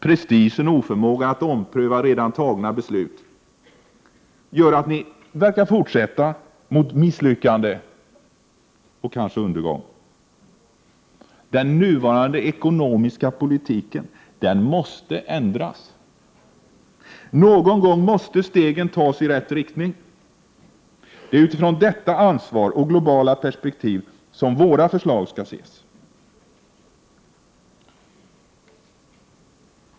Prestige och oförmåga att ompröva redan fattade beslut gör att ni till synes fortsätter mot misslyckande och kanske undergång. Den nuvarande ekonomiska politiken måste ändras. Någon gång måste steg tasirätt riktning. Det är utifrån detta ansvar och det globala perspektivet som miljöpartiets förslag skall ses.